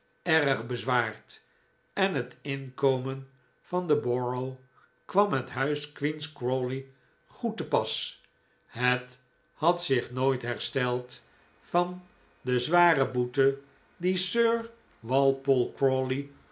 erg bezwaard en het inkomen van de borough kwam het huis queen's crawley goed te pas het had zich nooit hersteld van de zware boete die sir